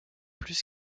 plus